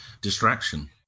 distraction